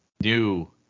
new